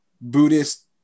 Buddhist